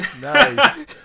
Nice